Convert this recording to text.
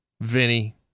Vinny